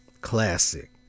classic